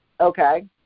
Okay